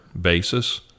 basis